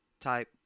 type